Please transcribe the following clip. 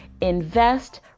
Invest